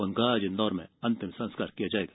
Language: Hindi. उनका आज इंदौर में अंतिम संस्कार किया जाएगा